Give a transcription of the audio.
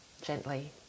gently